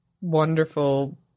wonderful